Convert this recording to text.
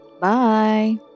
Bye